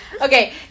Okay